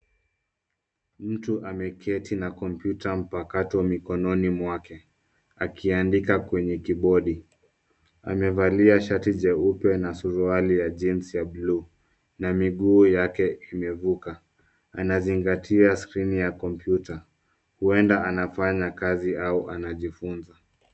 Mtu ameketi na kompyuta mpakato mikononi mwake akiandika kwenye kibodi. Amevalia shati jeupe na suruali ya jeans ya bluu na miguu yake imevuka. Anazingatia skrini ya kompyuta. Huenda anafanya kazi au anajifunza.